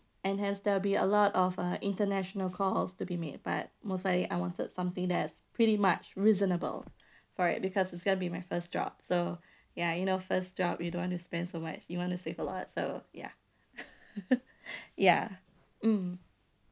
and hence there'll be a lot of uh international calls to be made but most likely I wanted something that's pretty much reasonable for it because it's going to be my first job so ya you know first job you don't want to spend so much you want to save a lot so ya ya mm